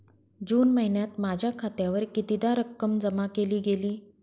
जून महिन्यात माझ्या खात्यावर कितीदा रक्कम जमा केली गेली?